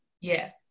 Yes